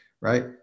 Right